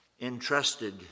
entrusted